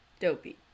dopey